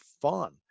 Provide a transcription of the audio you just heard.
fun